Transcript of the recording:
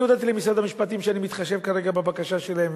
אני הודעתי למשרד המשפטים שאני מתחשב כרגע בבקשה שלהם,